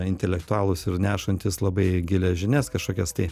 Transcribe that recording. intelektualūs ir nešantys labai gilias žinias kažkokias tai